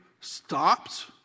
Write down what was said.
stops